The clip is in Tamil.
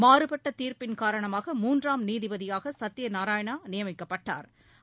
மாறுபட்ட தீர்ப்பின் காரணமாக மூன்றாம் நீதிபதியாக சத்தியநாராயணா நியமிக்கப்பட்டா்